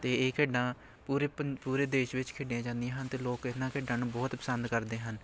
ਅਤੇ ਇਹ ਖੇਡਾਂ ਪੂਰੇ ਪੰ ਪੂਰੇ ਦੇਸ਼ ਵਿੱਚ ਖੇਡੀਆਂ ਜਾਂਦੀਆਂ ਹਨ ਅਤੇ ਲੋਕ ਇਹਨਾਂ ਖੇਡਾ ਨੂੰ ਬਹੁਤ ਪਸੰਦ ਕਰਦੇ ਹਨ